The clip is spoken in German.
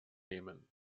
nehmen